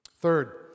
Third